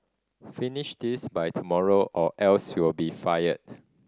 finish this by tomorrow or else you'll be fired